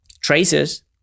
traces